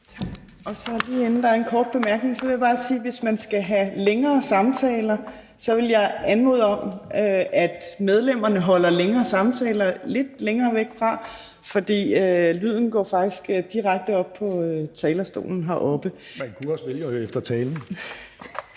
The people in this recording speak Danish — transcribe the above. Torp): Tak. Inden der er en kort bemærkning, vil jeg bare sige, at hvis man skal have længere samtaler, vil jeg anmode om, at medlemmerne holder de længere samtaler lidt længere væk herfra, for lyden går faktisk direkte op på talerstolen heroppe. Hr. Peter Skaarup, værsgo. Kl.